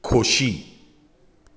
खोशी